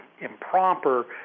improper